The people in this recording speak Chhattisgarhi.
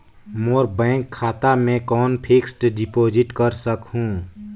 मोर बैंक खाता मे कौन फिक्स्ड डिपॉजिट कर सकहुं?